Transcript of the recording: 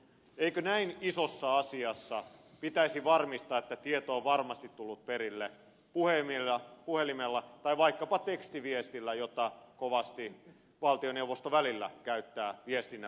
eikö näin isossa asiassa pitäisi varmistaa että tieto on varmasti tullut perille puhelimella tai vaikkapa tekstiviestillä jota kovasti valtioneuvosto välillä käyttää viestinnän välineenä